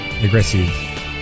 aggressive